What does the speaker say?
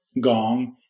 Gong